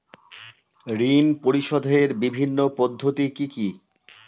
ঋণ পরিশোধের বিভিন্ন পদ্ধতি কি কি?